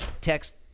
text